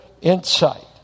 insight